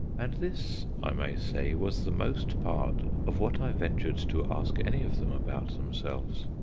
and this, i may say, was the most part of what i ventured to ask any of them about themselves.